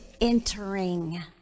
entering